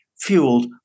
fueled